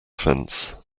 fence